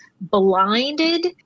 blinded